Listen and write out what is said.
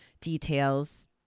details